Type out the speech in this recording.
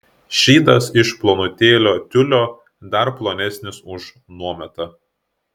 šydas iš plonutėlio tiulio dar plonesnis už nuometą